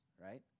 right